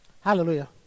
Hallelujah